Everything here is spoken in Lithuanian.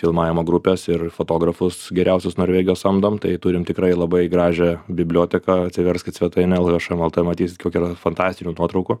filmavimo grupes ir fotografus geriausius norvegijos samdom tai turim tikrai labai gražią biblioteką atsiverskit svetainę lhm lt matysit kiek yra fantastinių nuotraukų